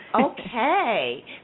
Okay